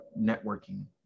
networking